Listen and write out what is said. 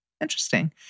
interesting